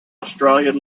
australian